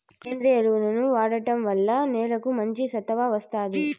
సేంద్రీయ ఎరువులను వాడటం వల్ల నేలకు మంచి సత్తువ వస్తాది